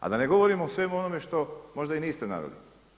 A da ne govorim o svemu onome što možda i niste naveli.